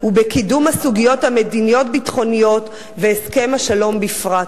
הסוגיות המדיניות-ביטחוניות בכלל והסכם השלום בפרט.